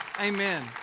Amen